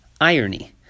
irony